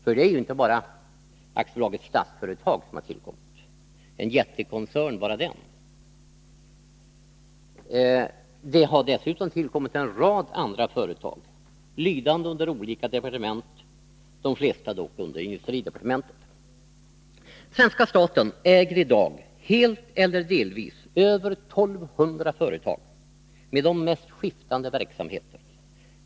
För det är ju inte bara Statsföretag AB som har tillkommit, en jättekoncern bara den; det har dessutom tillkommit en rad andra företag lydande under olika departement, de flesta dock under industridepartementet. Svenska staten äger i dag helt eller delvis över 1 200 företag med de mest skiftande verksamheter.